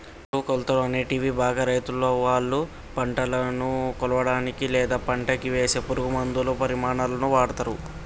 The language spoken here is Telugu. బరువు, కొలతలు, అనేటివి బాగా రైతులువాళ్ళ పంటను కొలవనీకి, లేదా పంటకివేసే పురుగులమందుల పరిమాణాలలో వాడతరు